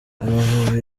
amavubi